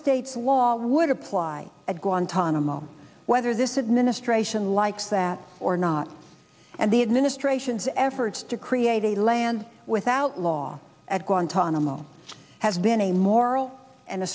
states law would apply at guantanamo whether this administration likes that or not and the administration's efforts to create a land without law at guantanamo has been a moral and a